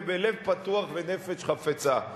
בלב פתוח ונפש חפצה.